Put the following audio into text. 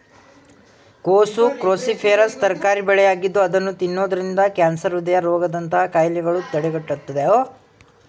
ಕೋಸು ಕ್ರೋಸಿಫೆರಸ್ ತರಕಾರಿ ಬೆಳೆಯಾಗಿದ್ದು ಅದನ್ನು ತಿನ್ನೋದ್ರಿಂದ ಕ್ಯಾನ್ಸರ್, ಹೃದಯ ರೋಗದಂತಹ ಕಾಯಿಲೆಗಳನ್ನು ತಡೆಗಟ್ಟುತ್ತದೆ